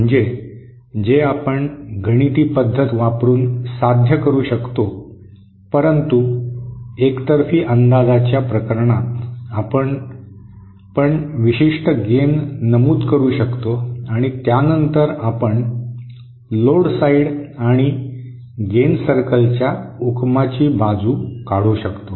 म्हणजे जे आपण गणिती पद्धत वापरून साध्य करू शकतो परंतु एकतर्फी अंदाजाच्या प्रकरणात आपण पण विशिष्ट गेन नमूद करू शकतो आणि त्यानंतर आपण भाराची बाजू आणि गेन सर्कलच्या उगमाची बाजू काढतो